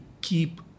keep